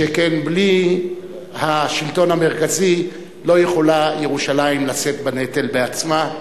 שכן בלי השלטון המרכזי ירושלים לא יכולה לשאת בנטל בעצמה.